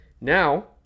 Now